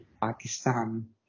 Pakistan